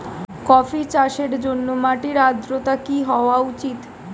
Coffee চাষের জন্য মাটির আর্দ্রতা কি হওয়া উচিৎ?